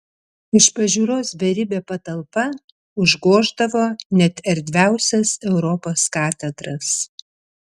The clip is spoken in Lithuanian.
iš pažiūros beribė patalpa užgoždavo net erdviausias europos katedras